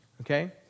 okay